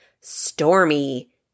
stormy